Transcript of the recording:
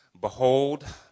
Behold